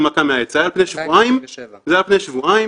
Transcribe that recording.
פועלת כדי לצמצם באמת וכדי להגביל שעות של